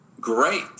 Great